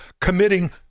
committing